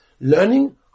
learning